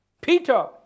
Peter